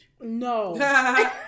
no